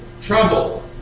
trouble